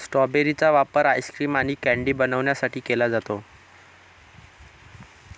strawberry चा वापर ice cream आणि कँडी बनवण्यासाठी केला जातो